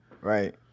Right